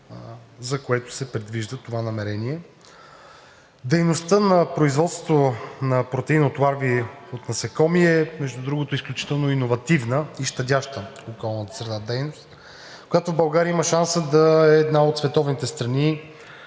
за което се предвижда това намерение. Дейността на производството на протеин от ларви от насекоми е, между другото, изключително иновативна и щадяща околната среда дейност. България има шанса да е една от световните страни